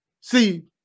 See